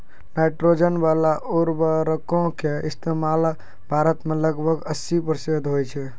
nitrogen बाला उर्वरको के इस्तेमाल भारत मे लगभग अस्सी प्रतिशत होय छै